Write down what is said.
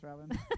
Robin